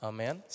Amen